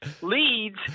leads